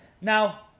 Now